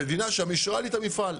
המדינה שם אישרה לי את המפעל.